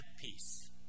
peace